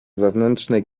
wewnętrznej